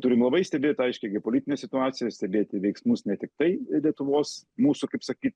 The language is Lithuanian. turim labai stebėt aiškiai geopolitinę situaciją stebėt veiksmus ne tiktai lietuvos mūsų kaip sakyt